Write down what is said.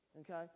Okay